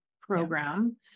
program